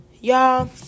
Y'all